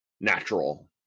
natural